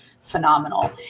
phenomenal